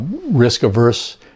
risk-averse